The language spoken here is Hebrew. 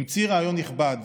המציא רעיון נכבד